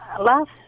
last